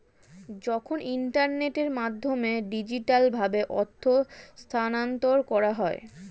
যখন ইন্টারনেটের মাধ্যমে ডিজিটালভাবে অর্থ স্থানান্তর করা হয়